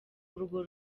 urwo